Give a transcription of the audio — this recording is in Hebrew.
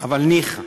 אבל ניחא.